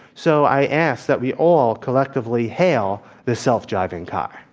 so, i ask that we all collectively hail the self-driving car.